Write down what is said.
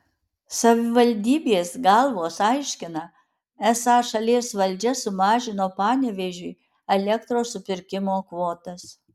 savivaldybės galvos aiškina esą šalies valdžia sumažino panevėžiui elektros supirkimo kvotas